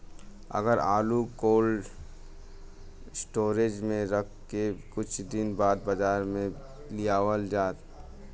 अगर आलू cold storage में रख के कुछ दिन बाद बाजार में लियावल जा?